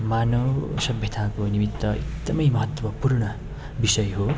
मानव सभ्यताको निमित्त एकदमै महत्त्वपूर्ण विषय हो